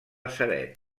ceret